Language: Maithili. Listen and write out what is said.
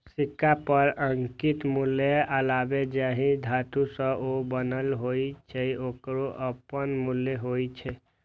सिक्का पर अंकित मूल्यक अलावे जाहि धातु सं ओ बनल होइ छै, ओकरो अपन मूल्य होइ छै